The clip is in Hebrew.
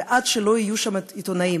ועד שלא יהיו שם עיתונאים,